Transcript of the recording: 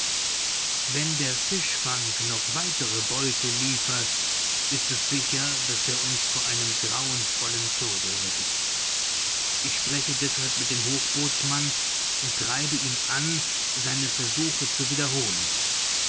wenn der fischfang noch weitere beute liefert ist es sicher daß er uns vor einem grauenvollen tode rettet ich spreche deshalb mit dem hochbootsmann und treibe ihn an seine versuche zu wiederholen